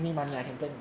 ya